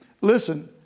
Listen